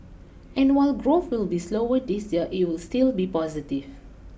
and while growth will be slower this year it will still be positive